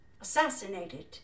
assassinated